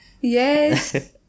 Yes